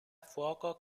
fuoco